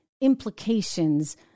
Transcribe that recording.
implications